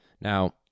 Now